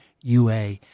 UA